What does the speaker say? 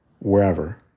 wherever